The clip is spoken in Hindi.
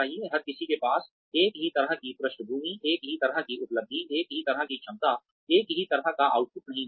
हर किसी के पास एक ही तरह की पृष्ठभूमि एक ही तरह की उपलब्धि एक ही तरह की क्षमता एक ही तरह का आउटपुट नहीं हो सकता